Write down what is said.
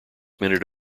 minute